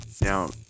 Now